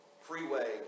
freeway